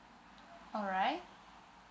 alright